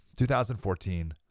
2014